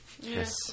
Yes